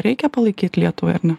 reikia palaikyt lietuvai ar ne